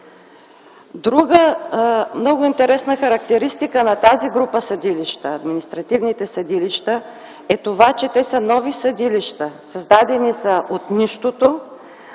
Друга много интересна характеристика на тази група съдилища – административните съдилища, е това, че те са нови съдилища. Създадени са от нищото,